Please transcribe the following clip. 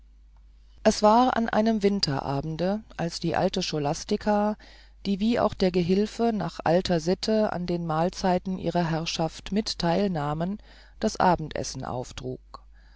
es war an einem winterabende als die alte scholastica die wie auch der gehilfe nach alter sitte an den mahlzeiten ihrer herrschaft mit theil nahm das abendessen auftrug